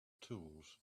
tools